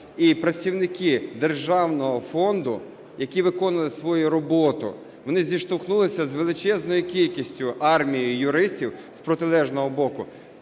І працівники державного фонду, які виконували свою роботу, вони зіштовхнулися з величезною кількістю, армією юристів з протилежного боку.